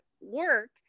work